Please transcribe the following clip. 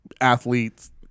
athletes